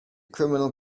criminal